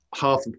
half